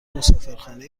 مسافرخانه